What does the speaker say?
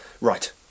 Right